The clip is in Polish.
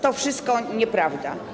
To wszystko nieprawda.